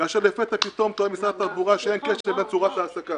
כאשר לפתע פתאום טוען משרד התחבורה שאין קשר לצורת ההעסקה.